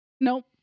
Nope